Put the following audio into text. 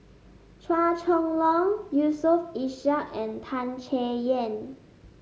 Chua Chong Long Yusof Ishak and Tan Chay Yan